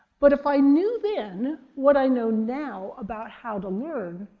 but if i knew then what i know now about how to learn,